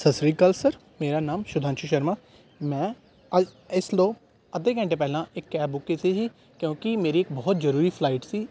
ਸਤਿ ਸ਼੍ਰੀ ਅਕਾਲ ਸਰ ਮੇਰਾ ਨਾਮ ਸੁਧਾਸ਼ੂ ਸ਼ਰਮਾ ਮੈਂ ਆਈ ਇਸ ਲੋ ਅੱਧੇ ਘੰਟੇ ਪਹਿਲਾਂ ਇੱਕ ਕੈਬ ਬੁੱਕ ਕੀਤੀ ਸੀ ਕਿਉਂਕਿ ਮੇਰੀ ਇੱਕ ਬਹੁਤ ਜ਼ਰੂਰੀ ਫਲਾਈਟ ਸੀ